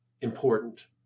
important